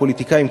הפוליטיקאים,